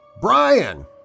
Brian